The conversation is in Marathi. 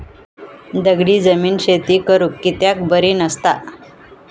दगडी जमीन शेती करुक कित्याक बरी नसता?